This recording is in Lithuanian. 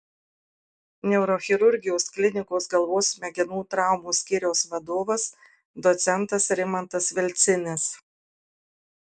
neurochirurgijos klinikos galvos smegenų traumų skyriaus vadovas docentas rimantas vilcinis